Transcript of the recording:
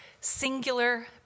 singular